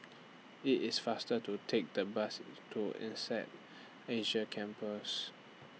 IT IS faster to Take The Bus to Insead Asia Campus